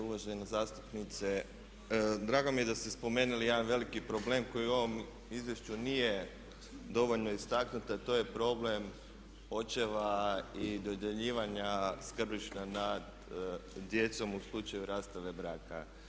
Uvažena zastupnice drago mi je da ste spomenuli jedan veliki problem koji u ovom izvješću nije dovoljno istaknut, a to je problem očeva i dodjeljivanja skrbništva nad djecom u slučaju rastave braka.